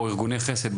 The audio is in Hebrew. או ארגוני חסד,